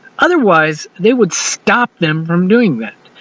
otherwise, they would stop them from doing it.